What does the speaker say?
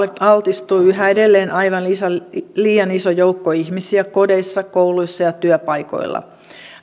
altistuu yhä edelleen aivan liian iso joukko ihmisiä kodeissa kouluissa ja työpaikoilla